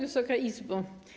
Wysoka Izbo!